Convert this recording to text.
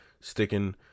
sticking